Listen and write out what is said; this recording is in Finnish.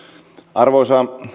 arvoisa